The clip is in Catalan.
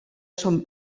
són